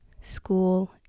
school